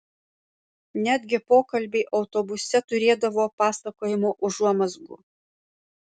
netgi pokalbiai autobuse turėdavo pasakojimo užuomazgų